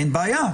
אין בעיה,